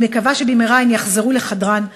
אני מקווה שבמהרה הן יחזרו לחדרן,